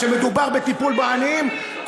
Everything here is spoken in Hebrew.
כשמדובר בטיפול בעניים,